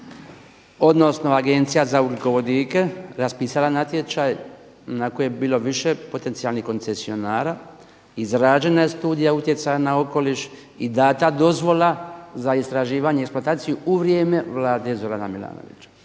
odnosno Agencija za ugljikovodike raspisala natječaj na kojem je bilo više potencijalnih koncesionara, izrađena je Studija utjecaja na okoliš i data dozvola za istraživanje i eksploataciju u vrijeme Vlade Zorana Milanovića.